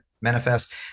manifest